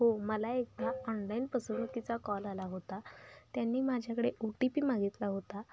हो मला एकदा ऑनलाईन फसवणूकीचा कॉल आला होता त्यांनी माझ्याकडे ओ टी पी मागितला होता